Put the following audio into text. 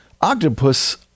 Octopus